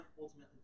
ultimately